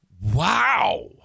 wow